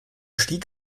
stieg